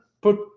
put